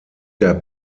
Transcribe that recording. der